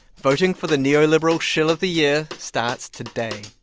voting for the neoliberal shill of the year starts today